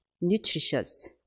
nutritious